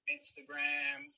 Instagram